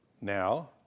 Now